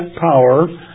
power